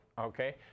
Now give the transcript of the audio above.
okay